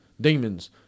Demons